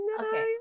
okay